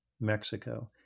Mexico